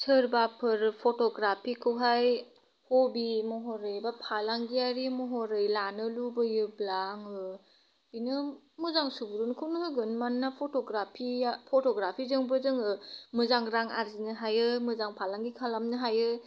सोरबाफोर फट'ग्राफिखौहाय हबि महरै बा फालांगियारि महरै लानो लुबैयोब्ला आङो बेनो मोजां सुबुरुन होगोन मानोना फट'ग्राफिया फट'ग्राफिजोंबो जोङो मोजां रां आर्जिनो हायो मोजां फालांगि खालामनो हायो